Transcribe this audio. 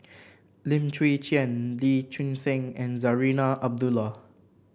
Lim Chwee Chian Lee Choon Seng and Zarinah Abdullah